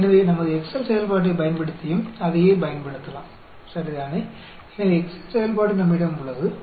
तो हम अपने एक्सेल फ़ंक्शन का उपयोग करके एक ही चीज़ का उपयोग कर सकते हैं ठीक है